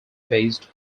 based